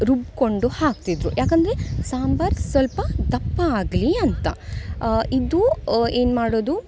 ರುಬ್ಬಿಕೊಂಡು ಹಾಕ್ತಿದ್ದರು ಯಾಕಂದರೆ ಸಾಂಬಾರ್ ಸ್ವಲ್ಪ ದಪ್ಪ ಆಗಲಿ ಅಂತ ಇದು ಏನು ಮಾಡೋದು